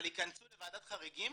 אבל ייכנסו לוועדת חריגים